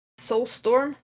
Soulstorm